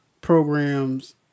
programs